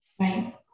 Right